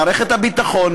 מערכת הביטחון,